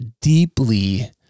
deeply